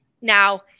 Now